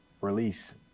release